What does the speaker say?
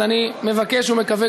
אז אני מבקש ומקווה,